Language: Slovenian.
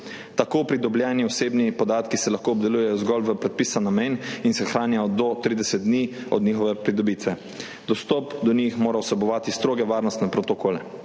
Tako pridobljeni osebni podatki se lahko obdelujejo zgolj v predpisan namen in se hranijo do 30 dni od njihove pridobitve. Dostop do njih mora vsebovati stroge varnostne protokole.